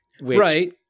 Right